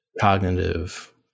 cognitive